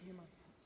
Nie ma.